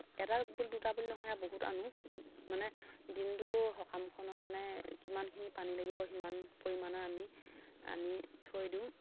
এটা দুটা বুলি নহয় আৰু বহুত আনো মানে দিনটো সকামখনৰ কাৰণে কিমানখিনি পানী লাগিব সিমান পৰিমাণৰ আমি আনি থৈ দিওঁ